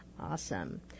Awesome